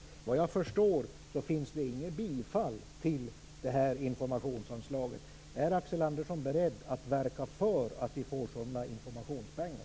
Såvitt jag förstår finns inget stöd för ett bifall till informationsanslaget. Är Axel Andersson beredd att verka för att vi får sådana informationspengar?